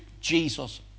Jesus